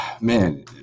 Man